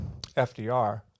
FDR